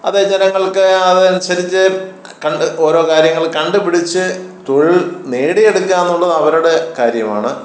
അത് ജനങ്ങൾക്ക് അത് അനുസരിച്ച് കണ്ട് ഓരോ കാര്യങ്ങൾ കണ്ടുപിടിച്ച് തൊഴിൽ നേടിയെടുക്കാന്നുള്ളതവരുടെ കാര്യമാണ്